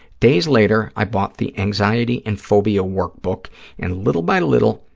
days later, i bought the anxiety and phobia workbook and, little by little,